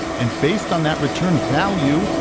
and based on that return value,